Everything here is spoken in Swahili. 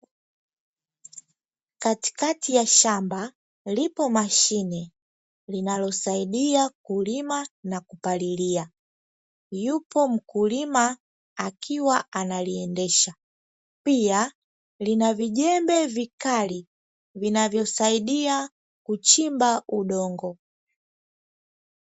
Katikati ya shamba lipo mashine linalosaidia kulima na kupalilia yupo mkulima, akiwa aliendesha pia lina vijembe vikali vinavyosaidia kuchimba udongo.